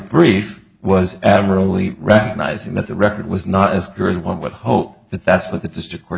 brief was really recognizing that the record was not as clear as one would hope that that's what the district court